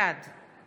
בעד